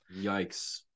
Yikes